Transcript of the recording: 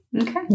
Okay